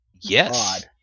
yes